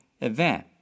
event